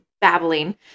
babbling